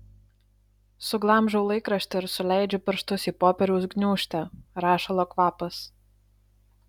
suglamžau laikraštį ir suleidžiu pirštus į popieriaus gniūžtę rašalo kvapas